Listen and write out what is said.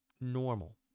normal